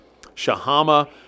Shahama